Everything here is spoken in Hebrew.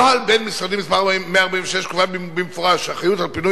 נוהל בין-משרדי מס' 146 קובע במפורש שהאחריות לפינוי